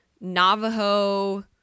Navajo